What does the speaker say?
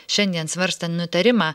šiandien svarstant nutarimą